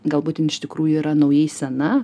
galbūt jin iš tikrųjų yra naujai sena